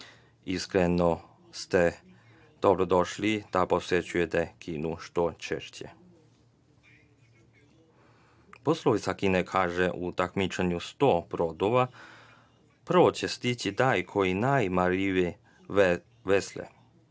Iskreno ste dobrodošli da posećujete Kinu što češće. Poslovica Kine kaže: „U takmičenju sto brodova prvo će stići taj koji najmarljivije vesla“.